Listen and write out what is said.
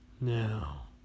Now